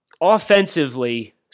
offensively